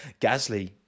Gasly